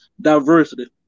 diversity